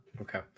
Okay